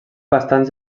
bastants